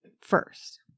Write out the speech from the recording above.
first